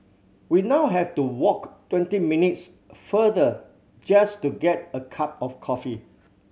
we now have to walk twenty minutes farther just to get a cup of coffee